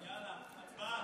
הצבעה.